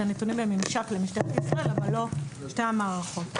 הנתונים בממשק למשטרת ישראל אבל לא שתי המערכות.